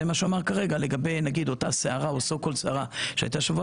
זה מה שהוא אמר כרגע לגבי אותה סערה שהייתה בשבוע